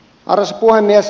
arvoisa puhemies